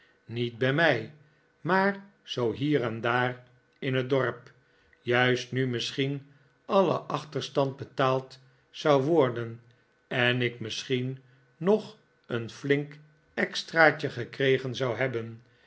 niet bij mij maar zoo hier en daar in het dorp juist nu misschien alle achterstand betaald zou worden en ik misschien nog een flink extra'tje gekregen zou hebben